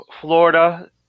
Florida